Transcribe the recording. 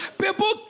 People